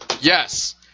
Yes